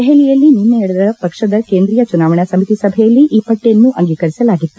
ದೆಹಲಿಯಲ್ಲಿ ನಿನ್ನೆ ನಡೆದ ಪಕ್ಷದ ಕೇಂದ್ರೀಯ ಚುನಾವಣಾ ಸಮಿತಿ ಸಭೆಯಲ್ಲಿ ಈ ಪಟ್ಟಿಯನ್ನು ಅಂಗೀಕರಿಸಲಾಗಿತ್ತು